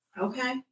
Okay